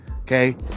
Okay